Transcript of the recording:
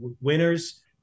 winners